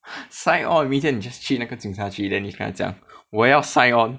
sign on 明天你 just 去那个警察局讲我要 sign on